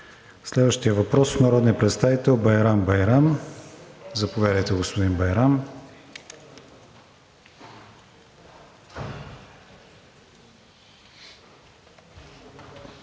Следващият въпрос е от народния представител Байрам Байрам. Заповядайте, господин Байрам.